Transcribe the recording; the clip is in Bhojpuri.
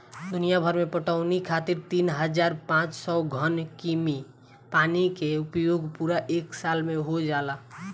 दुनियाभर में पटवनी खातिर तीन हज़ार पाँच सौ घन कीमी पानी के उपयोग पूरा एक साल में हो जाला